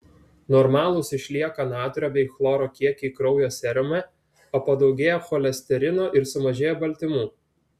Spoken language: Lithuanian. normalūs išlieka natrio bei chloro kiekiai kraujo serume o padaugėja cholesterino ir sumažėja baltymų